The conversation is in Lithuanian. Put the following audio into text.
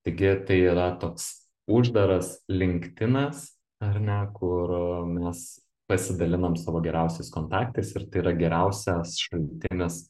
taigi tai yra toks uždaras linktinas ar ne kur mes pasidalinam savo geriausiais kontaktais ir tai yra geriausias šaltinis